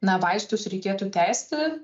na vaistus reikėtų tęsti